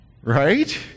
Right